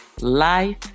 life